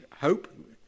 hope